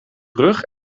brug